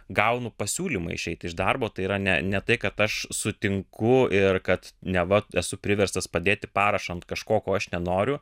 gaunu pasiūlymą išeiti iš darbo tai yra ne ne tai kad aš sutinku ir kad neva esu priverstas padėti parašą ant kažko ko aš nenoriu